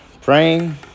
praying